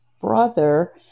brother